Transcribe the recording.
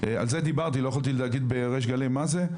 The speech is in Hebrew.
על זה דיברתי, לא יכולתי להגיד בריש גלי מה זה.